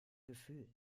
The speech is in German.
gefühl